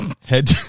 Head